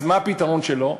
אז מה הפתרון שלו?